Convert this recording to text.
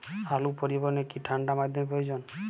আলু পরিবহনে কি ঠাণ্ডা মাধ্যম প্রয়োজন?